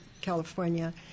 California